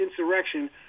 insurrection